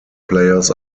players